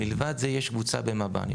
לבד מזאת יש קבוצה במב"ן.